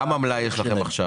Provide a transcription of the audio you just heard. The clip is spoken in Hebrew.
כמה מלאי יש לכם עכשיו?